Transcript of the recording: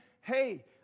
hey